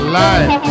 life